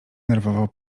nerwowo